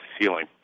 ceiling